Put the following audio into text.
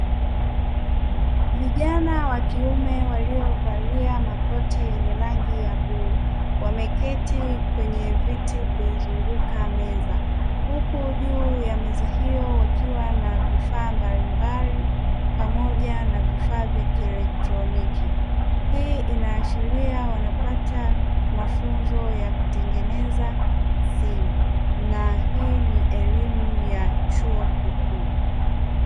Vijana wa kiume waliovalia makoti yenye rangi ya bluu wameketi kwenye viti kuizunguka meza. Wako juu ya meza hiyo wakiwa na vifaa mbalimbali, pamoja na vifaa vya kielektroniki. Hii inaashiria wanapata mafunzo ya kutengeneza simu. Na hii ni elimu ya chuo kikuu.